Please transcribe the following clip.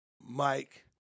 Mike